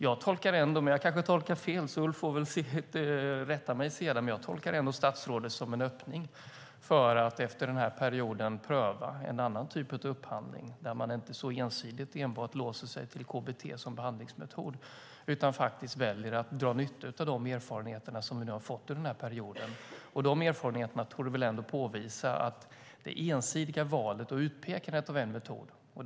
Jag tolkar det så - men jag kanske tolkar fel, så Ulf får väl rätta mig sedan - att statsrådet ger en öppning för att efter den här perioden pröva en annan typ av upphandling, där man inte så ensidigt låser till enbart KBT som behandlingsmetod utan faktiskt väljer att dra nytta av de erfarenheter som vi har fått under den här perioden. De erfarenheterna torde väl ändå påvisa att det ensidiga valet och utpekandet av en enda metod inte är så bra.